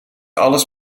alles